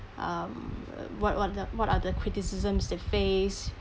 um what what the what are the criticisms they face